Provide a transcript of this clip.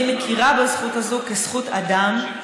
אני מכירה בזכות הזו כזכות אדם,